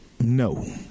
no